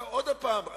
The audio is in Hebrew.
עוד פעם,